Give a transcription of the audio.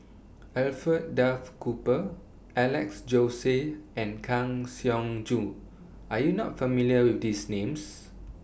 Alfred Duff Cooper Alex Josey and Kang Siong Joo Are YOU not familiar with These Names